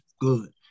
good